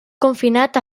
confinat